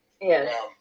Yes